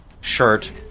shirt